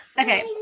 Okay